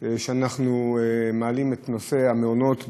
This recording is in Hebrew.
שאנחנו מעלים את נושא המעונות בכנסת,